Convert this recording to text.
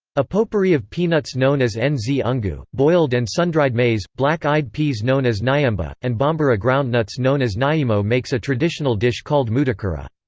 a potpourri of peanuts known as as nzungu, boiled and sundried maize, black-eyed peas known as nyemba, and bambara groundnuts known as nyimo makes a traditional dish called mutakura.